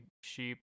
sheep